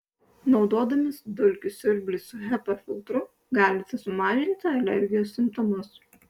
naudodami dulkių siurblį su hepa filtru galite sumažinti alergijos simptomus